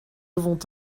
vont